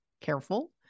careful